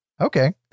Okay